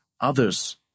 others